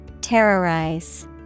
Terrorize